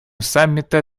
саммита